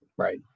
Right